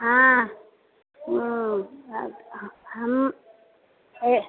हाँ हूँ हँ हम हे